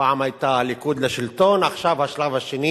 פעם היתה "הליכוד לשלטון", עכשיו השלב השני